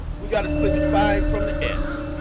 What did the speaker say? we got to split the five from the s.